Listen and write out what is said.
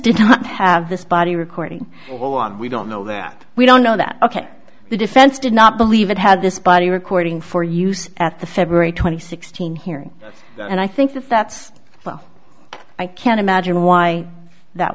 did not have this body recording we don't know that we don't know that ok the defense did not believe it had this body recording for use at the february twenty sixth team hearing and i think that that's well i can't imagine why that